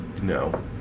No